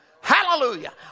Hallelujah